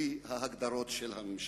לפי הגדרות הממשלה.